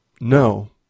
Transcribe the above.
No